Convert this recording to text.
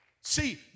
See